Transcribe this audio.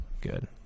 Good